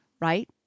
right